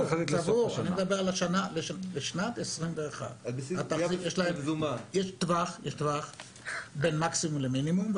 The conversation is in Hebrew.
אני מדבר על שנת 21'. יש טווח בין מקסימום למינימום,